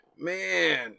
Man